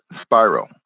spiral